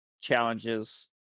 challenges